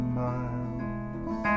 miles